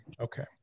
Okay